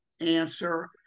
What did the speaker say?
answer